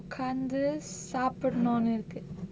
உக்காந்து சாப்புடனோனு இருக்கு:ukkaanthu saappudanonu irukku